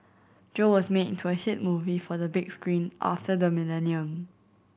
Joe was made into a hit movie for the big screen after the millennium